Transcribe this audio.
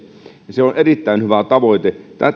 on erittäin hyvä tavoite